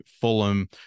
Fulham